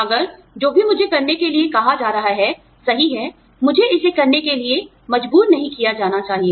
अगर जो भी मुझे करने के लिए कहा जा रहा है सही है मुझे इसे करने के लिए मजबूर नहीं किया जाना चाहिए